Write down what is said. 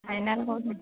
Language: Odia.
ଫାଇନାଲ୍ କେଉଁଠି